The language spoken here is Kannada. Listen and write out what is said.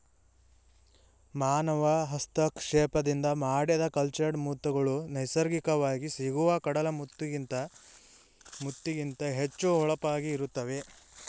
ಮಾನವ ಹಸ್ತಕ್ಷೇಪದಿಂದ ಮಾಡಿದ ಕಲ್ಚರ್ಡ್ ಮುತ್ತುಗಳು ನೈಸರ್ಗಿಕವಾಗಿ ಸಿಗುವ ಕಡಲ ಮುತ್ತಿಗಿಂತ ಹೆಚ್ಚು ಹೊಳಪಾಗಿ ಇರುತ್ತವೆ